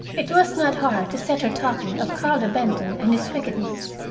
it was not hard to set her talking of carlo benton and his wickedness.